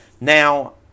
Now